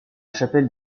chapelle